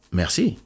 merci